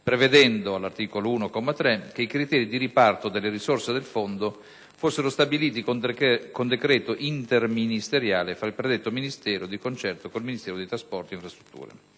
prevedendo all'articolo 1, comma 3, che i criteri di riparto delle risorse del Fondo fossero stabiliti con decreto interministeriale tra il predetto Ministero, di concerto con il Ministero dei trasporti ed infrastrutture.